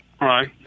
Right